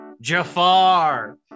Jafar